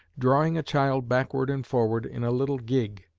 drawing a child backward and forward in a little gig.